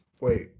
Wait